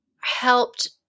helped